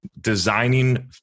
designing